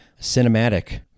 cinematic